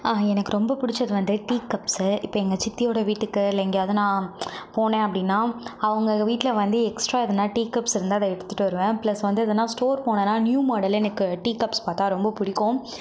எனக்கு ரொம்ப பிடிச்சது வந்து டீ கப்ஸ் இப்போ எங்கள் சித்தியோட வீட்டுக்கு இல்லை எங்காவது நான் போனேன் அப்படினா அவங்க வீட்டில் வந்து எக்ஸ்ட்ரா எதுனா டீ கப்ஸ் இருந்தால் அதை எடுத்துகிட்டு வருவேன் ப்ளஸ் வந்து எதுனா ஸ்டோர் போனோனா நியூ மாடல் எனக்கு டீ கப்ஸ் பார்த்தா எனக்கு ரொம்ப பிடிக்கும்